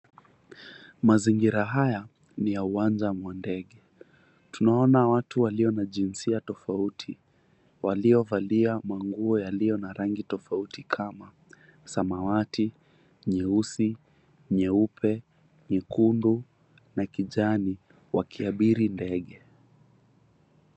Mazingira haya ni ya uwanja mwa ndege. Tunaona watu walio na jinsia tofauti waliovalia manguo yaliyo na rangi tofauti kama samawati, nyeusi, nyeupe, nyekundu, na kijani wakiabiri ndege.